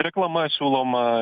reklama siūloma